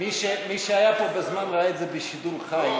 מי שהיה פה בזמן ראה את זה בשידור חי,